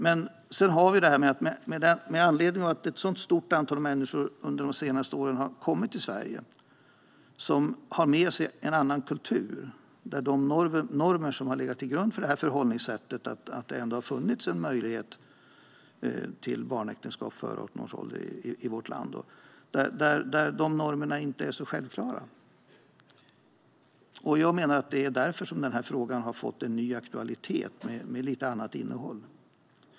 Under de senaste åren har ett stort antal människor kommit till Sverige, och de har med sig en annan kultur där de normer som har legat till grund för vårt förhållningssätt inte är självklara, även om det har funnits en möjlighet till barnäktenskap före 18 års ålder i vårt land. Jag menar att det är därför som denna fråga har fått ny aktualitet, men med ett lite annat innehåll.